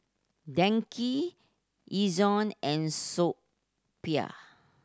DNKY Ezion and So Pho